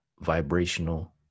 vibrational